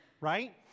right